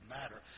matter